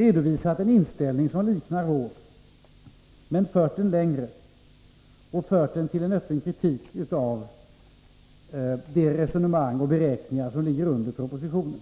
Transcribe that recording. redovisat en inställning som liknar vår men har fört den längre och fört den till en öppen kritik av de resonemang och beräkningar som ligger till grund för propositionen.